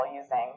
using